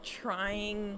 trying